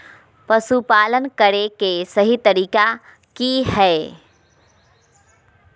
पशुपालन करें के सही तरीका की हय?